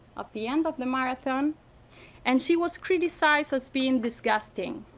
of the end of the marathon and she was criticized as being disgusting.